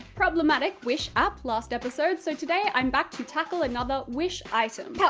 problematic, wish app last episode, so today i'm back to tackle another wish item. pow